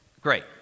great